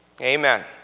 amen